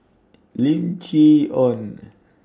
Lim Chee Onn